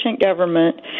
government